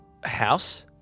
house